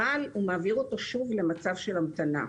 אבל הוא מעביר אותו שוב למצב של המתנה.